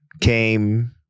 came